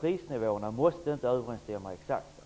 Prisnivåerna måste inte överensstämma exakt.